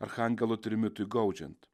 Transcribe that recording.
archangelo trimitui gaudžiant